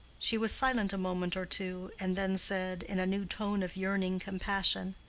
she was silent a moment or two, and then said, in a new tone of yearning compassion,